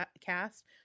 cast